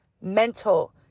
mental